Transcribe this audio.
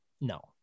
No